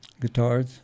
guitars